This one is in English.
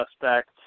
suspect